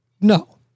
No